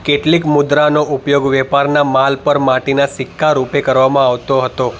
કેટલીક મુદ્રાનો ઉપયોગ વ્યાપારના માલ પર માટીના સિક્કા રૂપે કરવામાં આવતો હતો